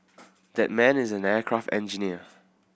that man is an aircraft engineer